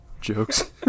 jokes